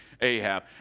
Ahab